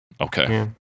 Okay